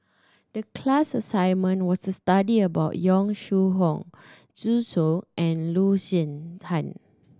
the class assignment was to study about Yong Shu Hoong Zhu Xu and Loo Zihan